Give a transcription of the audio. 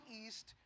east